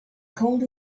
called